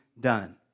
done